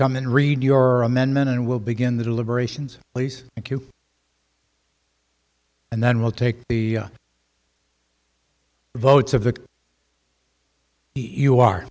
come and read your amendment and we'll begin the deliberations please thank you and then we'll take the votes